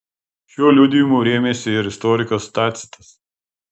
šiuo liudijimu rėmėsi ir istorikas tacitas